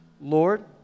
Lord